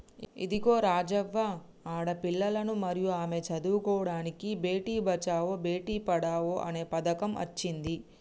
ఇదిగో రాజవ్వ ఆడపిల్లలను మరియు ఆమె చదువుకోడానికి బేటి బచావో బేటి పడావో అన్న పథకం అచ్చింది